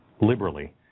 liberally